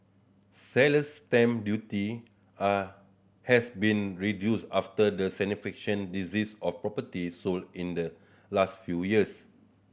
seller's stamp duty are has been reduced after the significant decrease of properties sold in the last few years